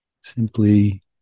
simply